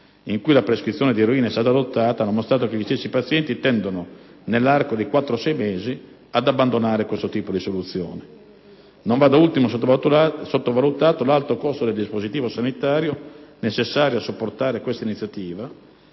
in cui la prescrizione di eroina è stata adottata, hanno mostrato che gli stessi pazienti tendono, nell'arco di quattro-sei mesi, ad abbandonare questo tipo di soluzione. Non va, da ultimo, sottovalutato l'alto costo del dispositivo sanitario necessario a supportare quest'iniziativa,